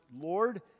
Lord